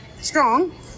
strong